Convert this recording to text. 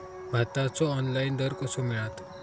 भाताचो ऑनलाइन दर कसो मिळात?